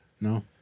No